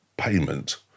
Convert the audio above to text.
Payment